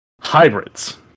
hybrids